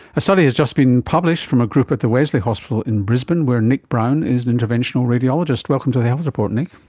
a study has just been published from a group at the wesley hospital in brisbane where nick brown is an interventional radiologist. welcome to the health report, nick.